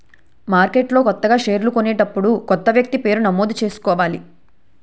మార్కెట్లో కొత్తగా షేర్లు కొనేటప్పుడు కొత్త వ్యక్తి పేరు నమోదు చేసుకోవాలి